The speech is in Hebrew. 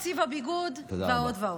הכפלת תקציב הביגוד ועוד ועוד.